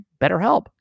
BetterHelp